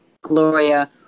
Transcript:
Gloria